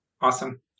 awesome